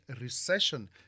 recession